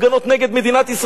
פה במדינת ישראל.